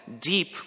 deep